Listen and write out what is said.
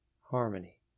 harmony